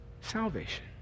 salvation